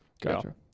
Gotcha